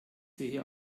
sehe